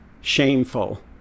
shameful